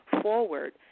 forward